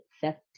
Theft